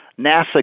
NASA